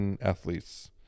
athletes